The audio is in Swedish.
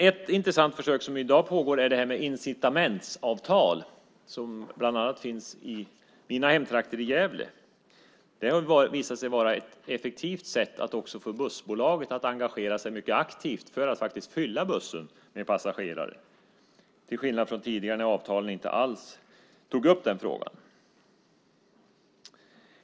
Ett intressant försök som i dag pågår är de så kallade incitamentsavtalen, som bland annat finns i mina hemtrakter i Gävle. Det har visat sig vara ett effektivt sätt att även få bussbolaget att aktivt engagera sig för att fylla bussarna med passagerare, till skillnad från tidigare när avtalen inte alls tog upp den frågan.